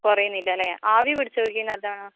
കുറയുന്നില്ലല്ലേ ആവി പിടിച്ചും നോക്കി നല്ലോണം